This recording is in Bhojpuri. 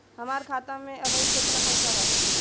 हमार खाता मे अबही केतना पैसा ह?